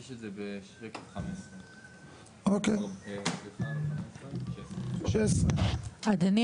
יש את זה בשקף 15. 16. 16. אדוני,